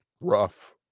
rough